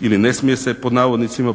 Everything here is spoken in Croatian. "ne smije se"